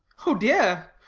oh dear!